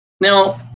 Now